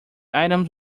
items